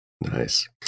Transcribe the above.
nice